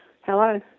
Hello